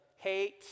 hate